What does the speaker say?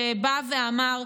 שבא ואמר: